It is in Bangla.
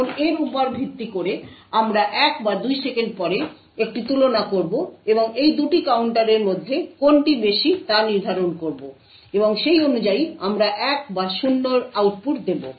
এখন এর উপর ভিত্তি করে আমরা 1 বা 2 সেকেন্ড পরে একটি তুলনা করব এবং এই 2টি কাউন্টারের মধ্যে কোনটি বেশি তা নির্ধারণ করব এবং সেই অনুযায়ী আমরা 1 বা 0 এর আউটপুট দেব